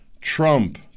Trump